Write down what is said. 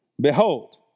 Behold